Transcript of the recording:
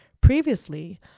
Previously